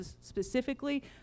specifically